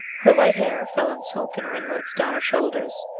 her light hair fell in silken ringlets down her shoulders,